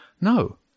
No